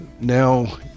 now